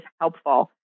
helpful